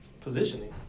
positioning